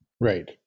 Right